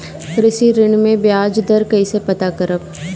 कृषि ऋण में बयाज दर कइसे पता करब?